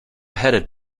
headed